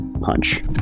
punch